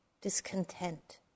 discontent